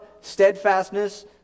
steadfastness